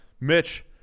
Mitch